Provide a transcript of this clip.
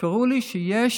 קראו לי: יש